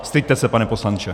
Styďte se, pane poslanče!